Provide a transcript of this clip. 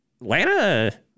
Atlanta